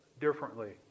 differently